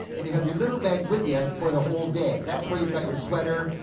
and you have your little bag with you for the whole day. that's where you got your sweater,